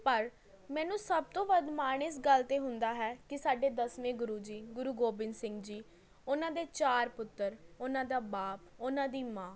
ਪਰ ਮੈਨੂੰ ਸਭ ਤੋਂ ਵੱਧ ਮਾਣ ਇਸ ਗੱਲ 'ਤੇ ਹੁੰਦਾ ਹੈ ਕਿ ਸਾਡੇ ਦਸਵੇਂ ਗੁਰੂ ਜੀ ਗੁਰੂ ਗੋਬਿੰਦ ਸਿੰਘ ਜੀ ਉਹਨਾਂ ਦੇ ਚਾਰ ਪੁੱਤਰ ਉਹਨਾਂ ਦਾ ਬਾਪ ਉਹਨਾਂ ਦੀ ਮਾਂ